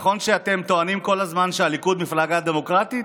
נכון שאתם טוענים כל הזמן שהליכוד מפלגה דמוקרטית,